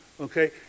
Okay